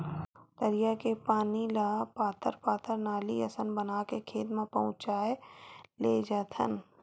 तरिया के पानी ल पातर पातर नाली असन बना के खेत म पहुचाए लेजाथन